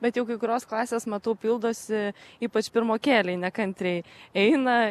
bet jau kai kurios klasės matau pildosi ypač pirmokėliai nekantriai eina